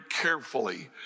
carefully